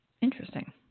Interesting